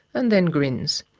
and then grins.